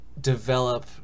develop